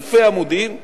אלפי עמודים,